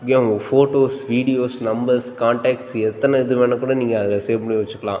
game photos videos numbers contacts எத்தனை இது வேணால்க்கூட நீங்கள் அதில் சேவ் பண்ணி வைச்சுக்கலாம்